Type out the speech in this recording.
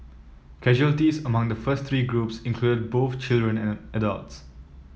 casualties among the first three groups included both children and adults